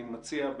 אני רק מציע,